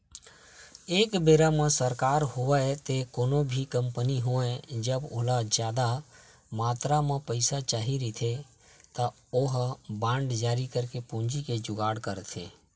एक बेरा म सरकार होवय ते कोनो भी कंपनी होवय जब ओला जादा मातरा म पइसा चाही रहिथे त ओहा बांड जारी करके पूंजी के जुगाड़ करथे